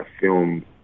film